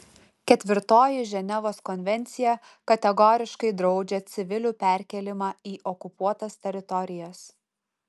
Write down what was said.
ketvirtoji ženevos konvencija kategoriškai draudžia civilių perkėlimą į okupuotas teritorijas